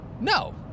No